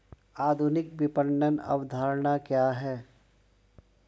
आधुनिक विपणन अवधारणा क्या है?